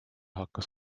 hakkas